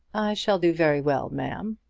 shall do very well, ma'am.